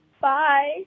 Bye